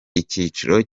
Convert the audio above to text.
icyiciro